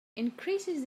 increases